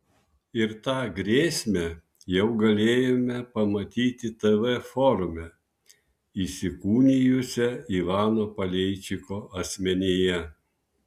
ir tą grėsmę jau galėjome pamatyti tv forume įsikūnijusią ivano paleičiko asmenyje